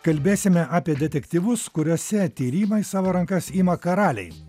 kalbėsime apie detektyvus kuriuose tyrimą į savo rankas ima karaliai